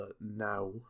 now